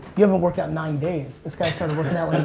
you haven't worked out in nine days. this guy started working out